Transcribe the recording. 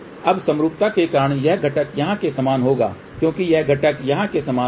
अब समरूपता के कारण यह घटक यहाँ के समान होगा क्योंकि यह घटक यहाँ के समान होगा